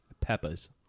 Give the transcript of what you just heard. peppers